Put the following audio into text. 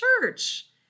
Church